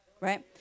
Right